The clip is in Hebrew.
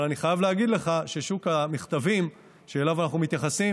אבל אני חייב להגיד לך ששוק המכתבים שאליו אנחנו מתייחסים